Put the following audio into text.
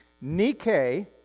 Nike